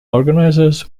organizers